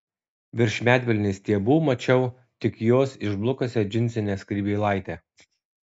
virš medvilnės stiebų mačiau tik jos išblukusią džinsinę skrybėlaitę